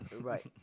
Right